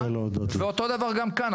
אותו הדבר גם כאן,